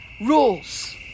rules